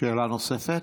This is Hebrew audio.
שאלה נוספת?